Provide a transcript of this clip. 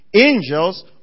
Angels